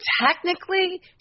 technically